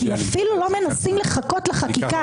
כי אפילו לא מנסים לחכות לחקיקה.